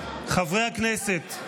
חברי הכנסת.